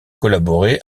collaboré